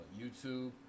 YouTube